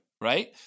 Right